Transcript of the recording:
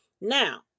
Now